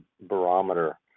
barometer